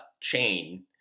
chain